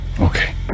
Okay